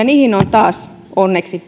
niihin on taas onneksi